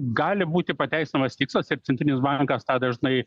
gali būti pateisinamas tikslas ir centrinis bankas tą dažnai